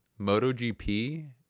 MotoGP